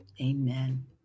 Amen